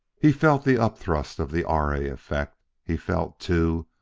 he felt the upthrust of the r. a. effect he felt, too,